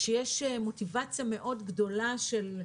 שיש מוטיבציה מאוד גדולה של,